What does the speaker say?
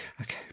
okay